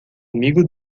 amigo